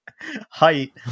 Height